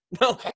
no